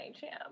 champ